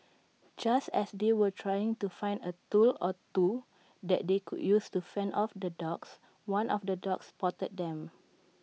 just as they were trying to find A tool or two that they could use to fend off the dogs one of the dogs spotted them